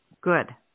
Good